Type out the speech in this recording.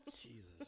Jesus